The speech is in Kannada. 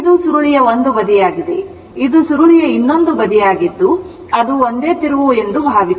ಇದು ಸುರುಳಿಯ ಒಂದು ಬದಿಯಾಗಿದೆ ಇದು ಸುರುಳಿಯ ಇನ್ನೊಂದು ಬದಿಯಾಗಿದ್ದು ಅದು ಒಂದೇ ತಿರುವು ಎಂದು ಭಾವಿಸಿ